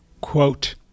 quote